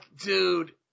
dude